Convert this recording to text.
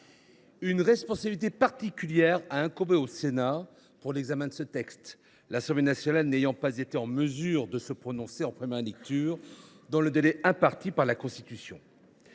Une responsabilité particulière a incombé au Sénat pour l’examen de ce texte, l’Assemblée nationale n’ayant pas été en mesure de se prononcer en première lecture dans le délai imparti par la Constitution.